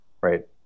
Right